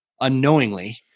unknowingly